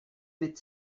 mit